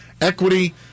equity